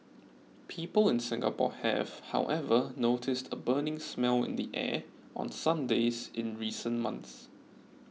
people in Singapore have however noticed a burning smell in the air on some days in recent months